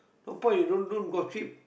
no point you don't don't gossip